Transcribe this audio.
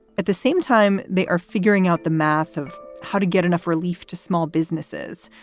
at the same time, they are figuring out the math of how to get enough relief to small businesses,